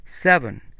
Seven